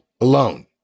alone